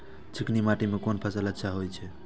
चिकनी माटी में कोन फसल अच्छा होय छे?